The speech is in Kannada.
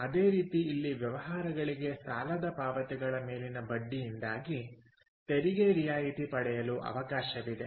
ಅದೇ ರೀತಿ ಇಲ್ಲಿ ವ್ಯವಹಾರಗಳಿಗೆ ಸಾಲದ ಪಾವತಿಗಳ ಮೇಲಿನ ಬಡ್ಡಿಯಿಂದಾಗಿ ತೆರಿಗೆ ರಿಯಾಯಿತಿ ಪಡೆಯಲು ಅವಕಾಶವಿದೆ